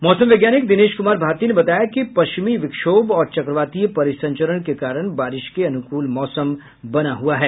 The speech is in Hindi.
मौसम वैज्ञानिक दिनेश कुमार भारती ने बताया कि पश्चिमी विक्षोभ और चक्रवातीय परिसंचरण के कारण बारिश के अनुकूल मौसम बना हुआ है